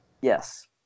Yes